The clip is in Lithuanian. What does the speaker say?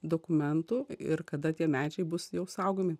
dokumentų ir kada tie medžiai bus jau saugomi